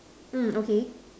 mm okay